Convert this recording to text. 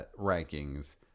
rankings